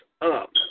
up